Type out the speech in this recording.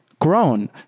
grown